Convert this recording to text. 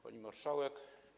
Pani Marszałek!